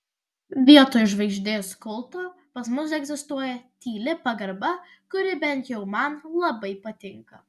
vietoj žvaigždės kulto pas mus egzistuoja tyli pagarba kuri bent jau man labai patinka